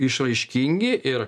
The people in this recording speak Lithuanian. išraiškingi ir